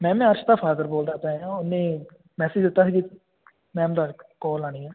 ma'am ਮੈਂ ਅਰਸ਼ ਦਾ father ਬੋਲਦਾ ਪਿਆ ਹਾਂ ਉਹਨੇ ਮੈਸੇਜ ਦਿੱਤਾ ਸੀ ਮੈਮ ਦਾ ਕੋਲ ਆਉਣੀ ਹੈ